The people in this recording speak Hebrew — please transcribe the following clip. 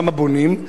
שם בונים,